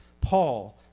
Paul